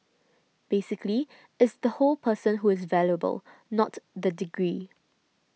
basically it's the whole person who is valuable not the degree